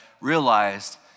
realized